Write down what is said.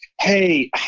hey